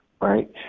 Right